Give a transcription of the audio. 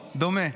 דומה.